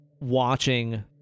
watching